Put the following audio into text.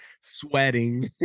Sweating